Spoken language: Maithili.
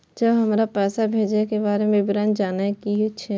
जब हमरा पैसा भेजय के बारे में विवरण जानय के होय?